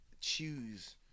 choose